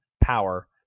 power